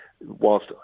whilst